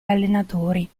allenatori